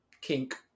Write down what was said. kink